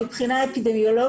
אבל מבחינה אפידמיולוגית,